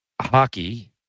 hockey